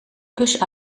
pus